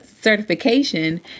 certification